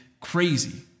crazy